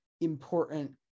important